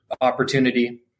opportunity